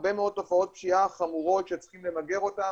הרבה מאוד תופעות פשיעה חמורות שצריכים למגר אותן,